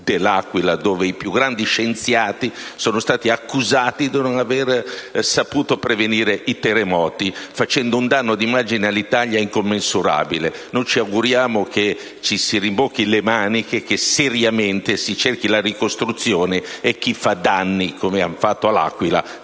dell'Aquila, dove i più grandi scienziati sono stati accusati di non aver saputo prevenire i terremoti, facendo un danno di immagine all'Italia incommensurabile. Noi ci auguriamo che ci si rimbocchino le maniche e seriamente si cerchi la ricostruzione e chi fa danni, come è accaduto all'Aquila,